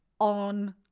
on